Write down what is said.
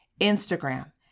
Instagram